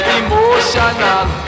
emotional